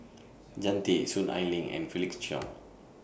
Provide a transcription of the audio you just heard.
Jean Tay Soon Ai Ling and Felix Cheong